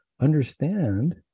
Understand